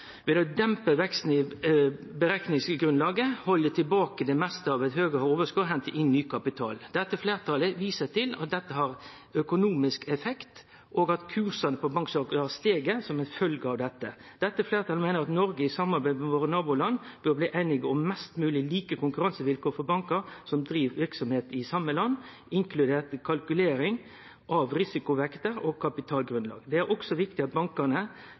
ved å dempe veksten i berekningsgrunnlaget, halde tilbake det meste av eit høgare overskot og hente inn ny kapital. Dette fleirtalet viser til at dette har økonomisk effekt, og at kursane på bankaksjar har stige som ei følgje av dette. Dette fleirtalet meiner at Noreg i samarbeid med våre naboland bør bli einige om mest mogleg like konkurransevilkår for bankar som driv verksemd i same land, inkludert kalkulering av risikovekter og kapitalgrunnlag. Det er også viktig at den reelle soliditeten og kapitalsituasjonen til bankane